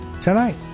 tonight